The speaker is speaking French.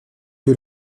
que